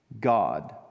God